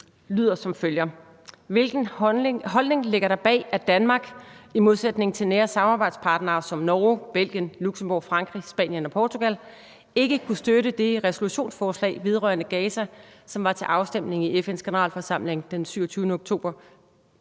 lyder som følger: Hvilken holdning ligger der bag, at Danmark – i modsætning til nære samarbejdspartnere som Norge, Belgien, Luxembourg, Frankrig, Spanien og Portugal – ikke kunne støtte det resolutionsforslag vedrørende Gaza, som var til afstemning i FN’s Generalforsamling fredag den 27. oktober